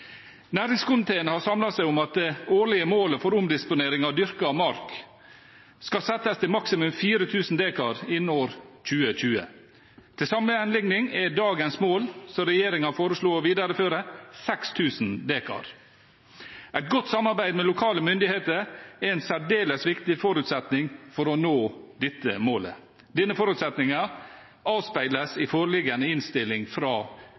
Næringskomiteen har samlet seg om at det årlige målet for omdisponering av dyrket mark skal settes til maksimum 4 000 dekar innen år 2020. Til sammenligning er dagens mål, som regjeringen foreslo å videreføre, 6 000 dekar. Et godt samarbeid med lokale myndigheter er en særdeles viktig forutsetning for nå dette målet. Denne forutsetningen avspeiles i foreliggende innstilling fra